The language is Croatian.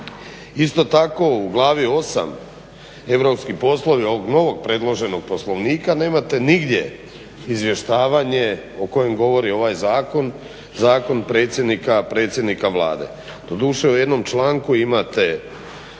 Isto tako u glavi 8. Europski poslovi ovog novog predloženog poslovnika nemate nigdje izvještavanje o kojem govori ovaj zakon, zakon predsjednika, predsjednika Vlade. Doduše u jednom članku imate